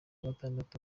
gatandatu